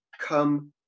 come